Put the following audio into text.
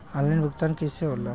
Online भुगतान कईसे होला?